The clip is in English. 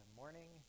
morning